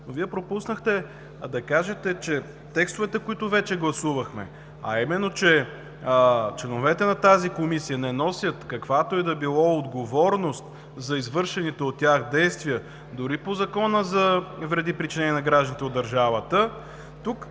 Вие пропуснахте да кажете, че текстовете, които вече гласувахме, а именно, че членовете на тази комисия не носят каквато и да било отговорност за извършените от тях действия, дори по Закона за вреди, причинени на гражданите от държавата, тук